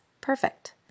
perfect